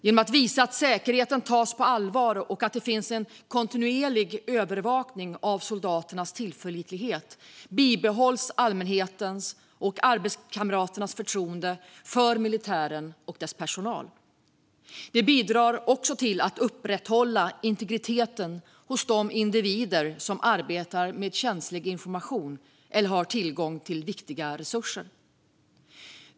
Genom att visa att säkerheten tas på allvar och att det finns en kontinuerlig övervakning av soldaternas tillförlitlighet bibehålls allmänhetens och arbetskamraternas förtroende för militären och dess personal. Det bidrar också till att upprätthålla integriteten hos de individer som arbetar med känslig information eller har tillgång till viktiga resurser.